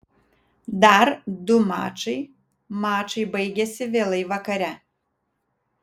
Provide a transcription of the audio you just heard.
dar du mačai mačai baigėsi vėlai vakare